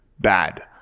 bad